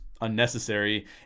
Unnecessary